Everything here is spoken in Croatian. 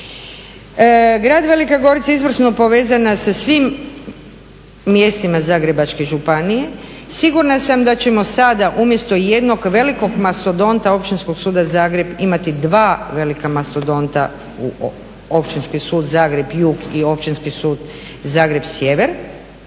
Grad Velika Gorica je izvrsno povezana sa svim mjestima Zagrebačke županije. Sigurna sam da ćemo sada umjesto jednog velikog mastodonta Općinskog suda Zagreb imati dva velika mastodonta Općinski sud Zagreb jug i Općinski sud Zagreb sjever.